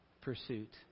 pursuit